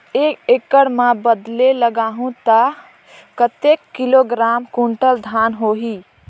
एक एकड़ मां बदले लगाहु ता कतेक किलोग्राम कुंटल धान होही?